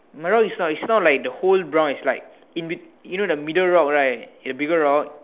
my rock is not is not like the whole brown is like inbetween you know the bigger rock right the bigger rock